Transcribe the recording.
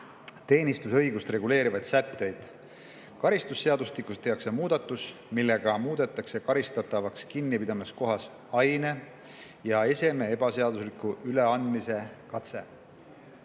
teenistusõigust reguleerivaid sätteid. Karistusseadustikus muudetakse karistatavaks kinnipidamiskohas aine ja eseme ebaseadusliku üleandmise katse.